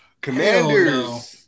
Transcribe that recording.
Commanders